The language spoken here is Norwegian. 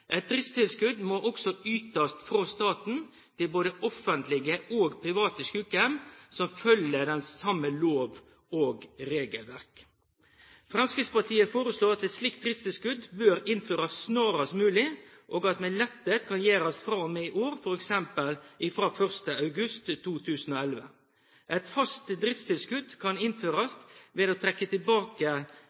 Et driftstilskudd må også ytes fra staten til både offentlige og private sykehjem som følger samme lov og regelverk. Fremskrittspartiet foreslår at et slikt driftstilskudd bør innføres snarest mulig, og at det med letthet kan gjøres fra og med i år, f.eks. fra 1. august 2011. Et fast driftstilskudd kan innføres ved å trekke tilbake